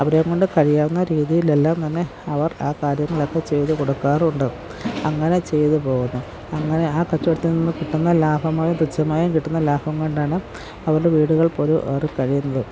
അവരേയുംകൊണ്ട് കഴിയാവുന്ന രീതിയിലെല്ലാം തന്നെ അവർ ആ കാര്യങ്ങളൊക്കെ ചെയ്ത് കൊടുക്കാറുണ്ട് അങ്ങനെ ചെയ്തു പോകുന്നു അങ്ങനെ ആ കച്ചവടത്തിൽ നിന്നും കിട്ടുന്ന ലാഭമുതൽ തുഛമായും കിട്ടുന്ന ലാഭംകൊണ്ടാണ് അവരുടെ വീടുകൾ പോലും അവർ കഴിയുന്നത്